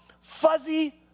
fuzzy